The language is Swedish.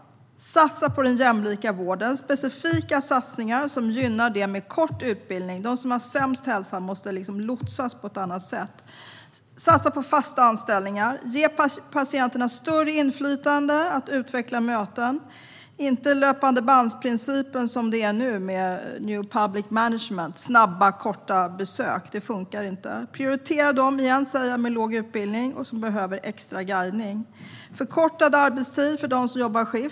Satsa på den jämlika vården genom specifika satsningar som gynnar dem med kort utbildning. De som har sämst hälsa måste lotsas på ett annat sätt. Satsa på fasta anställningar. Ge patienterna större inflytande att utveckla möten, inte enligt löpandebandprincipen som nu, med new public management - snabba, korta besök. Det funkar inte. Prioritera dem med låg utbildning, som behöver extra guidning. Förkorta arbetstiden för dem som jobbar skift.